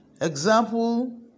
Example